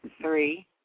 three